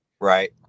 Right